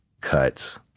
cuts